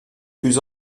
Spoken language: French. plus